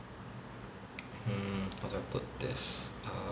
mm how do I put this err